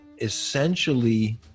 essentially